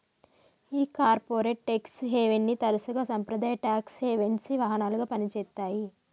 ఈ corporate tax హేవెన్ని తరసుగా సాంప్రదాయ టాక్స్ హెవెన్సి వాహనాలుగా పని చేత్తాయి